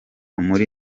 muri